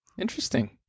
Interesting